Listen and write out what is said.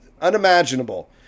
unimaginable